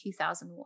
2001